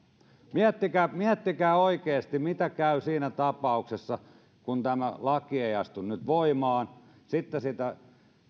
miettikää oikeasti mitä käy siinä tapauksessa kun tämä laki ei ei astu nyt voimaan sitten